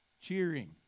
cheering